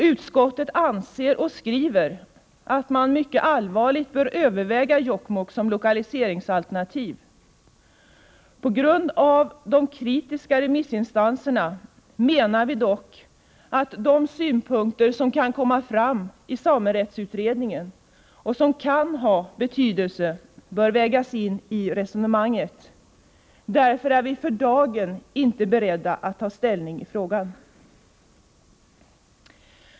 Utskottet anser och skriver att man mycket allvarligt bör överväga Jokkmokk som lokaliseringsalternativ. På grund av de kritiska remissinstan serna menar vi dock att de synpunkter som kan komma fram i samerättsutredningen och som kan ha betydelse bör vägas in i resonemanget. Därför är vi för dagen inte beredda att ta ställning i frågan.